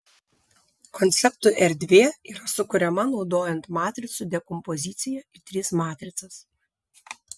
konceptų erdvė yra sukuriama naudojant matricų dekompoziciją į tris matricas